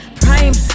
prime